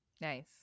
nice